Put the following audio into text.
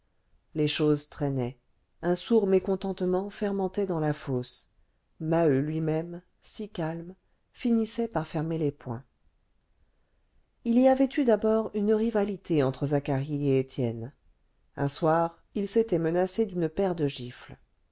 les choses traînaient un sourd mécontentement fermentait dans la fosse maheu lui-même si calme finissait par fermer les poings il y avait eu d'abord une rivalité entre zacharie et étienne un soir ils s'étaient menacés d'une paire de gifles